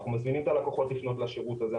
אנחנו מזמינים את הלקוחות לפנות לשירות הזה,